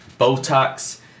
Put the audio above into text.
botox